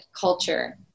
culture